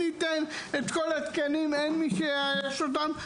ניתן את כל התקנים אין מי שיאייש אותם.